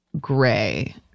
gray